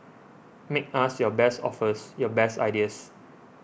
make us your best offers your best ideas